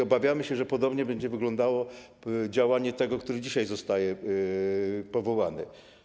Obawiamy się, że podobnie będzie wyglądało działanie tego, który dzisiaj zostaje powołany.